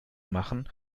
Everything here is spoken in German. machen